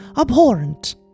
abhorrent